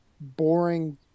boring